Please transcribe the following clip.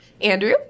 Andrew